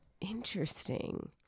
Interesting